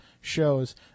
shows